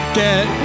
get